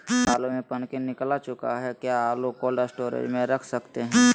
क्या आलु में पनकी निकला चुका हा क्या कोल्ड स्टोरेज में रख सकते हैं?